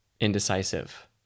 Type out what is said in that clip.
indecisive